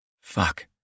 Fuck